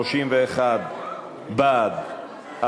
31 בעד,